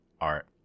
art